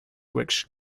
which